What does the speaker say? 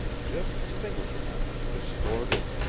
just distinguishable, distorted,